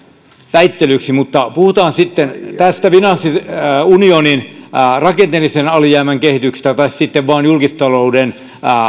väittelyksi mutta puhutaan sitten tästä finanssiunionin rakenteellisen alijäämän kehityksestä tai sitten vaan julkistalouden